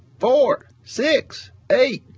four, six, eight,